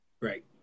Right